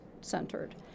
centered